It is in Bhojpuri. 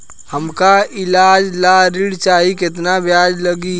हमका ईलाज ला ऋण चाही केतना ब्याज लागी?